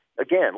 Again